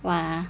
what ah